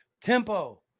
tempo